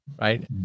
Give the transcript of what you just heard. Right